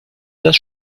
das